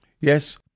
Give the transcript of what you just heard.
Yes